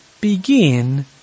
Begin